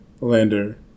lander